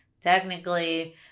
Technically